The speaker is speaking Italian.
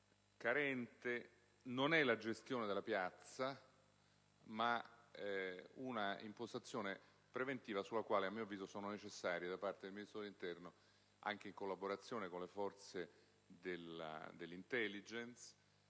carente non è la gestione della piazza, bensì un'impostazione preventiva, sulla quale sono necessarie da parte del Ministro dell'interno, anche in collaborazione con le forze dell'*intelligence,*